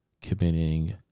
committing